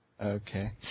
Okay